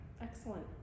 Excellent